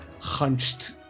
hunched